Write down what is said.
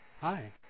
Hi